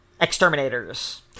Exterminators